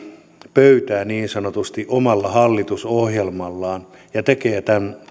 pöytää niin sanotusti omalla hallitusohjelmallaan ja tekee